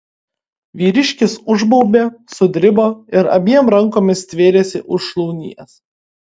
vyriškis užbaubė sudribo ir abiem rankomis stvėrėsi už šlaunies